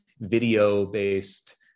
video-based